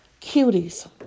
Cuties